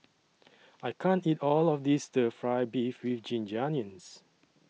I can't eat All of This Stir Fry Beef with Ginger Onions